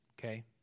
okay